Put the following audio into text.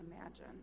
imagine